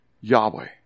Yahweh